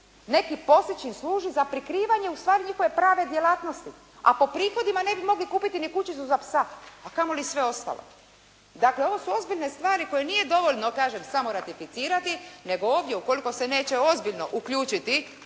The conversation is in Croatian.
neki poslić im služi za prikrivanja ustvari njihove prave djelatnosti. A po prihodima ne bi mogli kupiti ni kućicu za psa, a kamoli sve ostalo. Dakle, ovo su ozbiljne stvari koje nije dovoljno samo ratificirati, nego ovdje ukoliko se neće ozbiljno uključiti